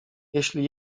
jeśli